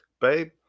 Babe